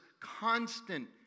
constant